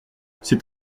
c’est